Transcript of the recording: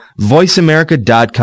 voiceamerica.com